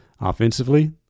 Offensively